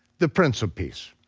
the prince of peace,